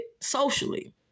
socially